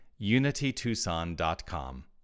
unitytucson.com